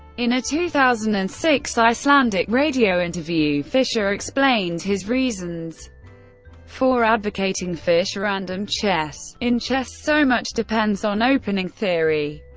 in a two thousand and six icelandic radio interview, fischer explained his reasons for advocating fischerandom chess in chess so much depends on opening theory,